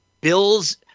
Bills